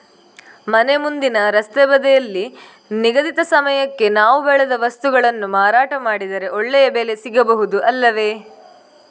ಮನೆ ಮುಂದಿನ ರಸ್ತೆ ಬದಿಯಲ್ಲಿ ನಿಗದಿತ ಸಮಯಕ್ಕೆ ನಾವು ಬೆಳೆದ ವಸ್ತುಗಳನ್ನು ಮಾರಾಟ ಮಾಡಿದರೆ ಒಳ್ಳೆಯ ಬೆಲೆ ಸಿಗಬಹುದು ಅಲ್ಲವೇ?